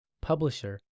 publisher